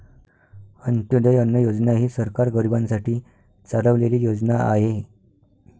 अंत्योदय अन्न योजना ही सरकार गरीबांसाठी चालवलेली योजना आहे